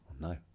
no